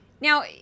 Now